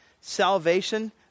salvation